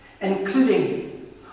including